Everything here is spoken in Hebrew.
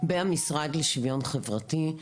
במשרד לשוויון חברתי.